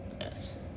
Yes